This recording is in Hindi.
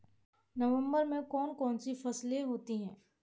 नवंबर में कौन कौन सी फसलें होती हैं?